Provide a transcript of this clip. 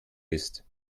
ist